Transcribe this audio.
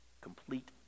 Complete